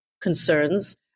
concerns